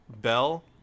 bell